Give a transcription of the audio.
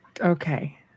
Okay